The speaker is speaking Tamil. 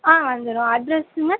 ஆ வந்துடும் அட்ரெஸுங்க